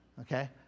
Okay